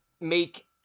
make